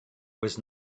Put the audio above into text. was